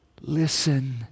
listen